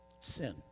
Sin